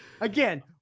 Again